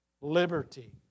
liberty